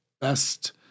best